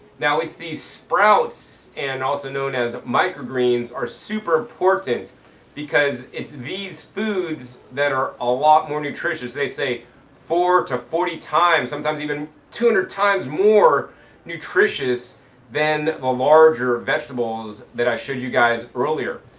now it's these sprouts, and also known as microgreens, are super important because it's these foods that are a lot more nutritious. they say four to forty times, sometimes even two and hundred times more nutritious than the larger vegetables that i showed you guys earlier.